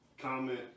comment